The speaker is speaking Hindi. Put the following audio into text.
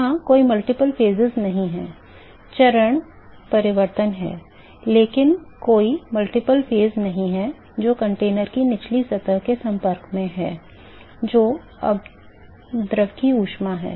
यहां कोई multiple phases नहीं है चरण परिवर्तन है लेकिन कोई बहु चरण नहीं है जो कंटेनर की निचली सतह के संपर्क में है जो अब द्रव में ऊष्मा है